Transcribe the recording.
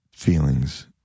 Feelings